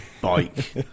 bike